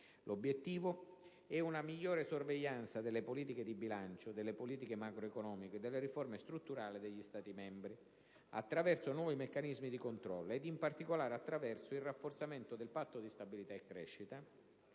L'obiettivo è una migliore sorveglianza delle politiche di bilancio, delle politiche macroeconomiche e delle riforme strutturali degli Stati membri, attraverso nuovi meccanismi di controllo quali, in particolare: il rafforzamento del Patto di stabilità e di crescita;